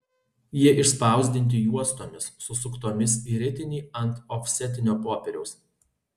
jie išspausdinti juostomis susuktomis į ritinį ant ofsetinio popieriaus